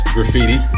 Graffiti